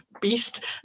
beast